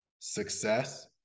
success